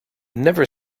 never